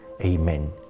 Amen